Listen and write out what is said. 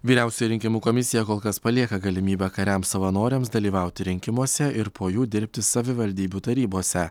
vyriausioji rinkimų komisija kol kas palieka galimybę kariams savanoriams dalyvauti rinkimuose ir po jų dirbti savivaldybių tarybose